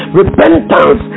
repentance